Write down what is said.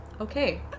Okay